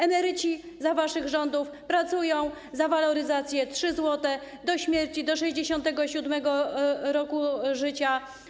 Emeryci za waszych rządów pracują za waloryzację, 3 zł, do śmierci, do 67. roku życia.